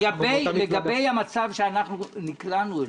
לגבי המצב שנקלענו אליו,